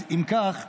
אז אם כך,